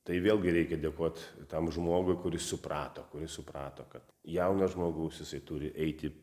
tai vėlgi reikia dėkot tam žmogui kuris suprato kuris suprato kad jaunas žmogus jisai turi eiti